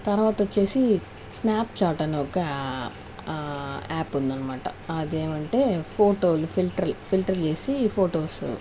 తర్వాత వచ్చేసి Snapchat అని ఒక యాప్ ఉందన్నమాట అదేమంటే ఫోటోలు ఫిల్టర్లు ఫిల్టర్ చేసి ఫోటోసు